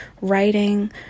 writing